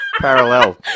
parallel